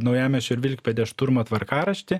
naujamiesčio ir vilkpėdės šturmo tvarkaraštį